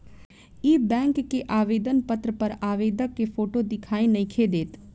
इ बैक के आवेदन पत्र पर आवेदक के फोटो दिखाई नइखे देत